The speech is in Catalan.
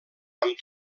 amb